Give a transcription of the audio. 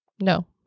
no